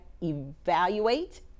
evaluate